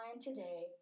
today